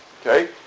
Okay